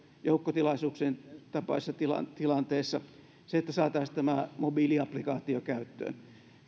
joukkotilaisuuksien tapaisissa tilanteissa se että saataisiin tämä mobiiliaplikaatio käyttöön